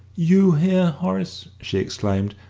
you here, horace? she exclaimed.